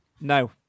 no